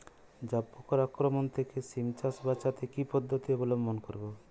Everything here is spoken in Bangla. জাব পোকার আক্রমণ থেকে সিম চাষ বাচাতে কি পদ্ধতি অবলম্বন করব?